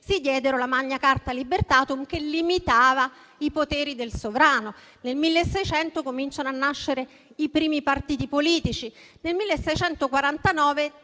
si diede la *Magna Charta Libertatum*, che limitava i poteri del sovrano. Nel 1600 cominciano a nascere i primi partiti politici; nel 1649